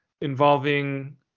involving